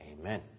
Amen